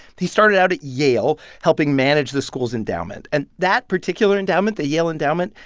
he started out at yale helping manage the school's endowment. and that particular endowment, the yale endowment,